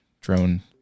drone